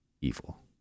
evil